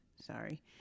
Sorry